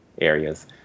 areas